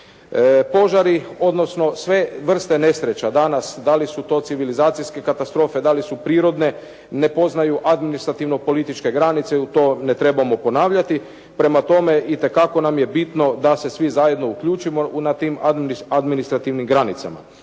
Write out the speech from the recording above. Požari, odnosno sve vrste nesreća danas, da li su to civilizacijske katastrofe, da li su prirodne, ne poznaju administrativno političke granice to ne trebamo ponavljati, prema tome itekako nam je bitno da se svi zajedno uključimo na tim administrativnim granicama.